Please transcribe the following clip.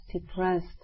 depressed